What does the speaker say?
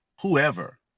whoever